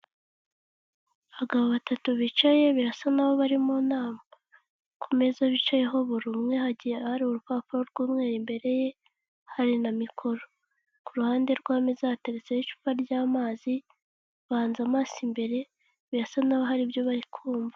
Abagabo batatu bicaye birasa n'aho bari mu nama, ku meza bicayeho buri umwe hagiye hari urupapuro rw'umweru imbere ye hari na mikoro, ku ruhande rw'ameza hateretseho icupa ry'amazi bahanze amaso imbere birasa naho hari ibyo bari kumva.